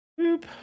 Boop